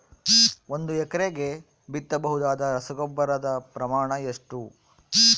ಒಂದು ಎಕರೆಗೆ ಬಿತ್ತಬಹುದಾದ ರಸಗೊಬ್ಬರದ ಪ್ರಮಾಣ ಎಷ್ಟು?